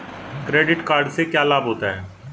Credit card से क्या क्या लाभ होता है?